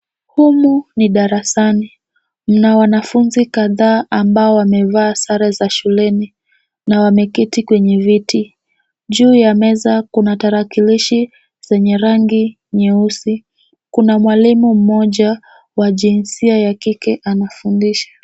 Humu ni darasani, mna wanafunzi kadhaa ambao wamevaa sare za shuleni na wameketi kwenye viti. Juu ya meza kuna tarakilishi zenye rangi nyeusi. Kuna mwalimu mmoja wa jinsia ya kike anafundisha.